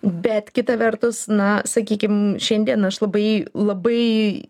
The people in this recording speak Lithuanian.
bet kita vertus na sakykim šiandien aš labai labai